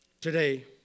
Today